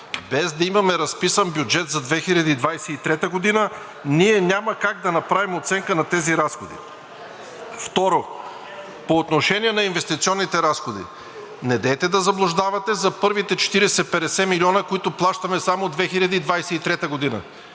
без да имаме разписан бюджет за 2023 г., ние няма как да направим оценка на тези разходи. Второ, по отношение на инвестиционните разходи. Недейте да заблуждавате за първите 40 – 50 милиона, които плащаме само от 2023 г.